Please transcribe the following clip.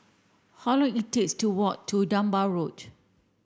how long it takes to walk to Dunbar Road